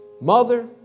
mother